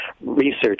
research